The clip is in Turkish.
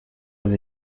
bir